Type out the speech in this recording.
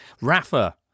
Rafa